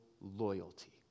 loyalty